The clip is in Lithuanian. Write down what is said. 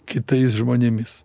kitais žmonėmis